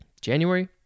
January